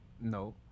No